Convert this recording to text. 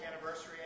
anniversary